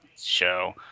show